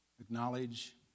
acknowledge